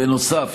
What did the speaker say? בנוסף,